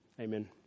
Amen